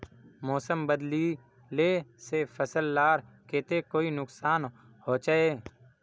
मौसम बदलिले से फसल लार केते कोई नुकसान होचए?